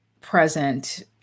present